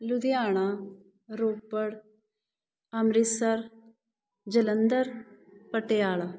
Ludhiana Ropar Amritsar Jalandhar Patiala